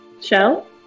Shell